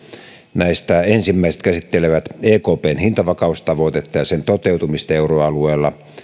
näistä ensimmäiset käsittelevät ekpn hintavakaustavoitetta ja sen toteutumista euroalueella